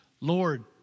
Lord